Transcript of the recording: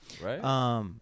Right